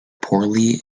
poorly